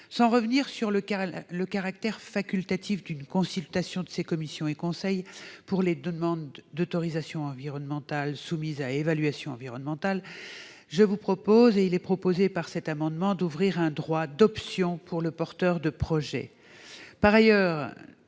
Sans revenir sur le caractère facultatif d'une consultation de ces commissions et conseils pour les demandes d'autorisation environnementale soumises à évaluation environnementale, il est proposé d'ouvrir un droit d'option pour le porteur de projet. Il semble